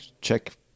check